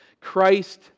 Christ